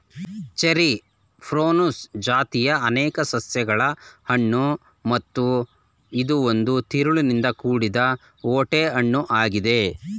cherry prunus ಜಾತಿಯ ಅನೇಕ ಸಸ್ಯಗಳ ಹಣ್ಣು ಮತ್ತು ಇದು ಒಂದು ತಿರುಳಿನಿಂದ ಕೂಡಿದ ಓಟೆ ಹಣ್ಣು ಆಗಿದೆ